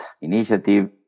Initiative